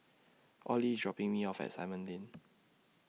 Audley IS dropping Me off At Simon Lane